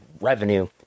revenue